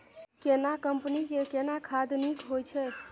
केना कंपनी के केना खाद नीक होय छै?